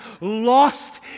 lost